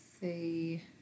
see